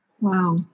Wow